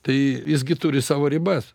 tai jis gi turi savo ribas